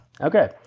Okay